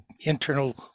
internal